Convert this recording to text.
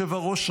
היושב-ראש,